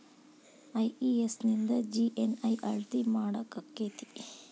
IES ನಿಂದ GNI ಅಳತಿ ಮಾಡಾಕಕ್ಕೆತಿ?